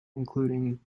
including